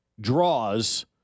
draws